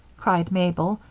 cried mabel,